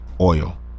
oil